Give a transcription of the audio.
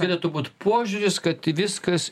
galėtų būt požiūris kad viskas